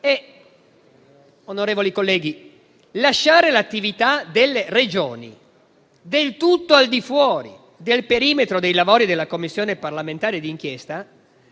lasciare l'attività delle Regioni del tutto al di fuori del perimetro dei lavori della Commissione parlamentare d'inchiesta